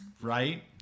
right